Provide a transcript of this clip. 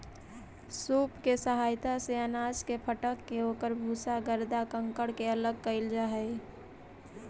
सूप के सहायता से अनाज के फटक के ओकर भूसा, गर्दा, कंकड़ के अलग कईल जा हई